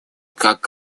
как